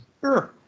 sure